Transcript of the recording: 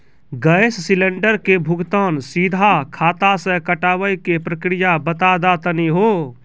Gas cylinder के भुगतान सीधा खाता से कटावे के प्रक्रिया बता दा तनी हो?